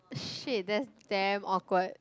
shit that's damn awkward